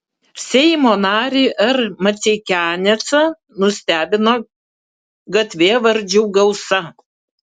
seimo narį r maceikianecą nustebino gatvėvardžių gausa